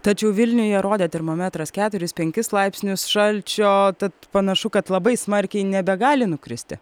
tačiau vilniuje rodė termometras keturis penkis laipsnius šalčio tad panašu kad labai smarkiai nebegali nukristi